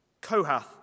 Kohath